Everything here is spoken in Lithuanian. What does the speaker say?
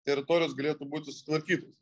teritorijos galėtų būti sutvarkytos